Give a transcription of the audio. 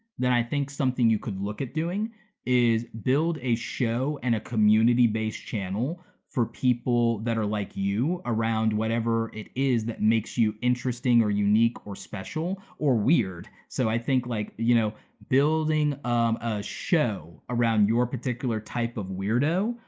then i think something you could look at doing is build a show and a community-based channel for people that are like you, around whatever it is that makes you interesting or unique or special, or weird, so i think like you know building um a show around your particular type of weirdo,